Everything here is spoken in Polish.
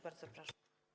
Bardzo proszę.